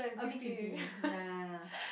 a bit creepy ya ya ya